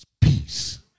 peace